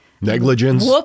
Negligence